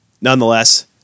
nonetheless